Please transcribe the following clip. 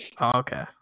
Okay